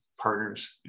partners